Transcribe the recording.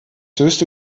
höchste